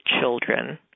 children